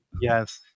yes